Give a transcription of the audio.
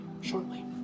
shortly